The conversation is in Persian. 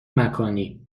مکانی